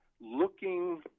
looking